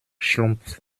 schlumpf